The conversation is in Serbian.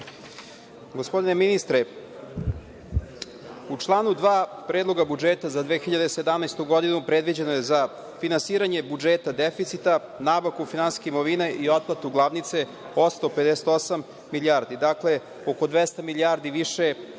Gospodine ministre, u članu 2. Predloga budžeta za 2017. godinu predviđeno je za finansiranje budžeta deficita, nabavku finansijske imovine i otplatu glavnice 858 milijardi. Dakle, oko 200 milijardi više,